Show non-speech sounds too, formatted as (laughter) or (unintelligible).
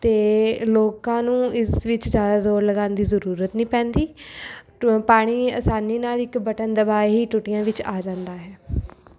ਅਤੇ ਲੋਕਾਂ ਨੂੰ ਇਸ ਵਿੱਚ ਜ਼ਿਆਦਾ ਜ਼ੋਰ ਲਗਾਉਣ ਦੀ ਜ਼ਰੂਰਤ ਨਹੀਂ ਪੈਂਦੀ (unintelligible) ਪਾਣੀ ਅਸਾਨੀ ਨਾਲ ਇੱਕ ਬਟਨ ਦਬਾਏ ਹੀ ਟੂਟੀਆਂ ਵਿੱਚ ਆ ਜਾਂਦਾ ਹੈ